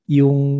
yung